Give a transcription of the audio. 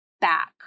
back